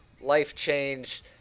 life-changed